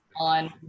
on